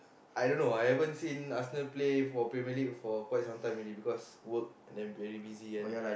I don't know I haven't seen Arsenal play for Premier League for quite some time already because work and then very busy and